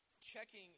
checking